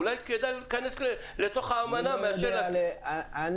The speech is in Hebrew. אולי כדאי להיכנס לתוך האמנה מאשר -- אני